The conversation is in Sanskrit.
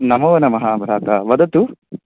नमोनमः भ्रातः वदतु